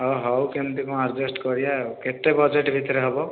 ହଁ ହଉ କେମିତି କଣ ଆଡ଼ଜଷ୍ଟ କରିବା ଆଉ କେତେ ବଜେଟ ଭିତରେ ହବ